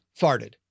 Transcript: farted